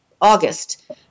August